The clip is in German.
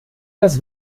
das